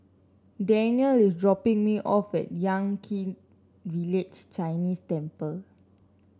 Dannielle is dropping me off at Yan Kit Village Chinese Temple